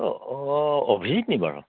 অঁ অ' অভিজিত নি বাৰু